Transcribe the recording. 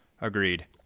Agreed